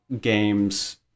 games